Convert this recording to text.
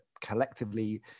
collectively